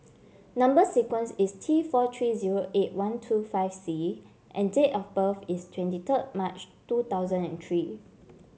number sequence is T four three zero eight one two five C and date of birth is twenty third March two thousand and three